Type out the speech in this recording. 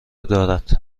دارد